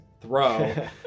throw